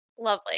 Lovely